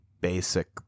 basic